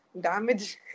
damage